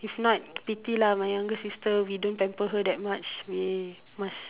if not pity lah my younger sister we don't pamper her that much we must